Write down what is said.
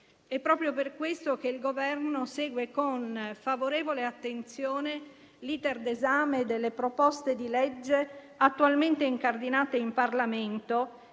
È proprio per questo che il Governo segue con favorevole attenzione l'*iter* d'esame delle proposte di legge attualmente incardinate in Parlamento